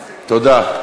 תודה.